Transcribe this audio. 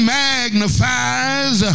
magnifies